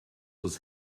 was